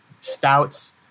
stouts